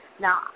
Now